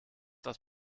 das